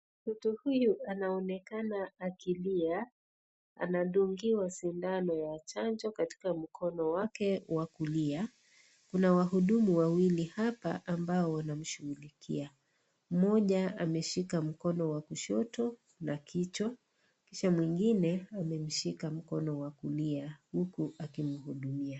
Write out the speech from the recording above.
Mtu huyu anaonekana akilia. Anadungiwa sindano ya chanjo katika mkono wake wa kulia. Kuna wahudumu wawili hapa ambao wanamshughulikia. Mmoja ameshika mkono wa kushoto na kichwa kisha mwingine amemshika mkono wa kulia huku akimhudumia.